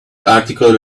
article